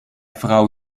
frau